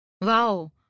Wow